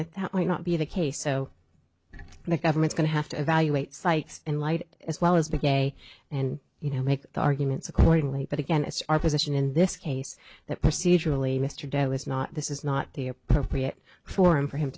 that that might not be the case so the government's going to have to evaluate sites in light as well as the gay and you know make their arguments accordingly but again it's our position in this case that procedurally mr dale is not this is not the appropriate forum for him